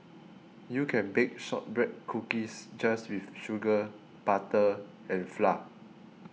you can bake Shortbread Cookies just with sugar butter and flour